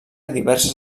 diverses